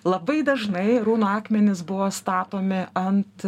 labai dažnai runų akmenys buvo statomi ant